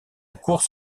course